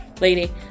Lady